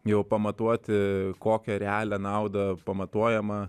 jau pamatuoti kokią realią naudą pamatuojamą